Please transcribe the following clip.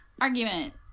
argument